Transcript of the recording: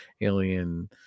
Alien